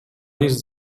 list